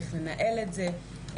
צריך לנהל את זה,